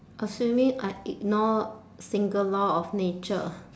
assuming I ignore single law of nature